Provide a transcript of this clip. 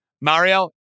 Mario